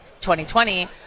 2020